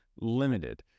limited